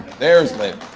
there's linh.